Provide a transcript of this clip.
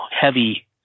heavy